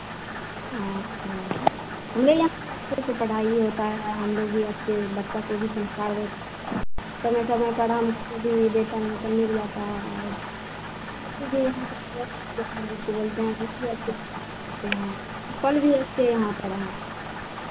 अच्छा हमारे यहाँ भी अच्छे से पढ़ाई होता है हमलोग भी अच्छे बच्चा को भी संस्कार समय समय पर हमको भी वेतन उतन मिल जाता है और यहाँ सबको एक नजर से बोलते हैं कि कितने अच्छे पढ़ते हैं कल भी वैसे यहाँ पर हैं